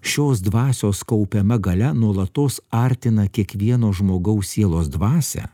šios dvasios kaupiama galia nuolatos artina kiekvieno žmogaus sielos dvasią